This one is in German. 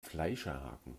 fleischerhaken